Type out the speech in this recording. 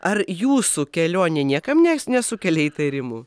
ar jūsų kelionė niekam nes nesukelia įtarimų